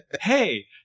hey